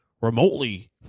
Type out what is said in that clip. remotely